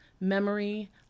memory